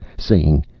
saying,